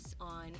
on